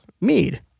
Mead